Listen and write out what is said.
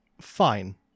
fine